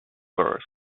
burrows